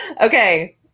Okay